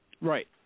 Right